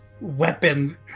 weapon